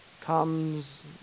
comes